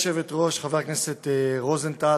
גברתי היושבת-ראש, חבר הכנסת רוזנטל,